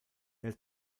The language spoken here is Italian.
nel